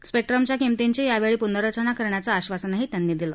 स्पेक्ट्मच्या किंमतींची यावेळी पुनर्रचना करण्याचं आश्वासनही त्यांनी दिलं